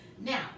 Now